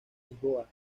lisboa